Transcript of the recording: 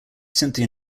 cynthia